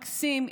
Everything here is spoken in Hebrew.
מקסים,